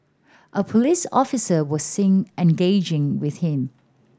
a police officer was seen engaging with him